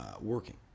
Working